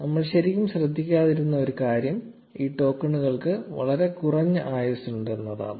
നമ്മൾ ശരിക്കും ശ്രദ്ധിക്കാതിരുന്ന ഒരു കാര്യം ഈ ടോക്കണുകൾക്ക് വളരെ കുറഞ്ഞ ആയുസ്സ് ഉണ്ട് എന്നതാണ്